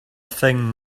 thing